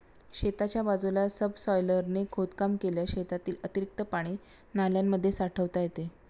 शेताच्या बाजूला सबसॉयलरने खोदकाम केल्यास शेतातील अतिरिक्त पाणी नाल्यांमध्ये साठवता येते